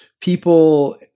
people